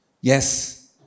Yes